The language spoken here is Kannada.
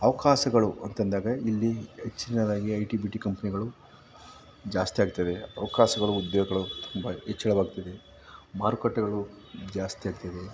ಅವಕಾಶಗಳು ಅಂತಂದಾಗ ಇಲ್ಲಿ ಹೆಚ್ಚಿನದಾಗಿ ಐ ಟಿ ಬಿ ಟಿ ಕಂಪ್ನಿಗಳು ಜಾಸ್ತಿ ಆಗ್ತವೆ ಅವಕಾಶಗಳು ಉದ್ಯೋಗಗಳು ತುಂಬ ಹೆಚ್ಚಳವಾಗ್ತಿದೆ ಮಾರುಕಟ್ಟೆಗಳು ಜಾಸ್ತಿ ಆಗ್ತಾಯಿದೆ